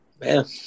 Man